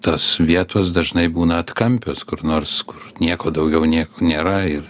tos vietos dažnai būna atkampios kur nors kur nieko daugiau nieko nėra ir